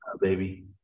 baby